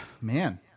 man